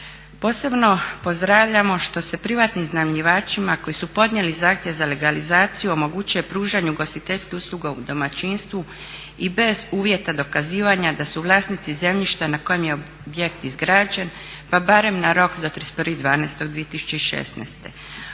Posebno pozdravljamo što se privatnim iznajmljivačima koji su podnijeli zahtjev za legalizaciju omogućuje pružanje ugostiteljskih usluga u domaćinstvu i bez uvjeta dokazivanja da su vlasnici zemljišta na kojim je objekt izgrađen, pa barem na rok do 31.12.2016.